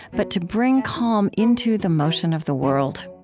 but to bring calm into the motion of the world.